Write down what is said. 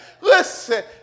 Listen